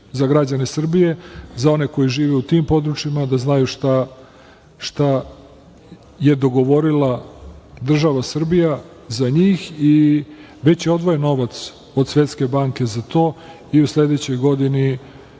građane Srbije, za one koji žive u tim područjima da znaju šta je dogovorila država Srbija za njih. Biće odvojen novac od Svetske banke za to i u sledećoj godini